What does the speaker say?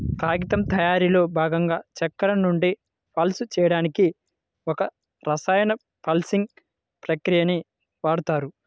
కాగితం తయారీలో భాగంగా చెక్క నుండి పల్ప్ చేయడానికి ఒక రసాయన పల్పింగ్ ప్రక్రియని వాడుతారు